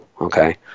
okay